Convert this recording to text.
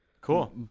Cool